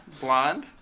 Blonde